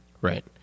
Right